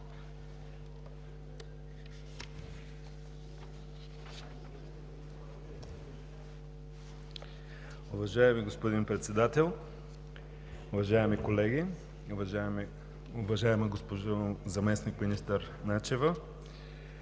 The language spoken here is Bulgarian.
Уважаеми господин Председател, уважаеми колеги, уважаема госпожо заместник-министър Начева!